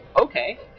Okay